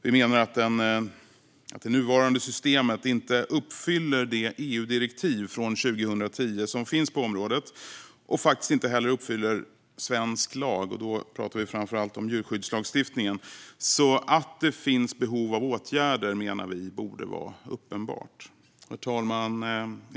Vi menar att det nuvarande systemet inte uppfyller det EU-direktiv från 2010 som finns på området och faktiskt inte heller uppfyller svensk lag. Då pratar vi framför allt om djurskyddslagstiftningen. Att det finns behov av åtgärder menar vi borde vara uppenbart. Herr talman!